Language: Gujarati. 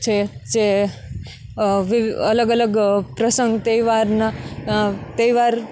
છે જે અલગ અલગ પ્રસંગ તહેવારના તહેવાર